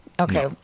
Okay